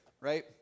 right